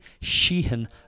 Sheehan